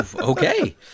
Okay